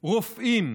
רופאים,